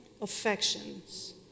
affections